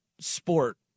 sport